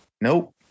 Nope